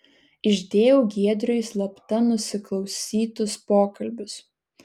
išdėjau giedriui slapta nusiklausytus pokalbius